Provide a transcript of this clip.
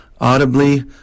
audibly